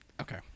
Okay